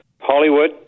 Hollywood